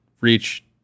reach